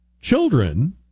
children